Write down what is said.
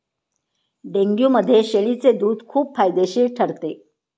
डेंग्यूमध्ये शेळीचे दूध खूप फायदेशीर ठरते